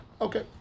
Okay